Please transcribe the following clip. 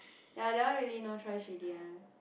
ya that one really no choice already ah